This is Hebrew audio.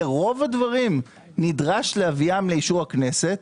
ורוב הדברים נדרשים להביאם לאישור הכנסת,